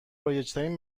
رایجترین